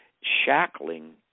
shackling